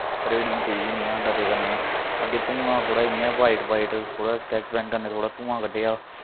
त्रेड़ी पेई गेदियां हा डरे कन्नै अग्गें धुआं थोह्ड़ा इ'यां व्हाइट व्हाइट थोह्ड़ा जेहा स्कैच पेन कन्नै थोह्ड़ा धुआं कड्ढेआ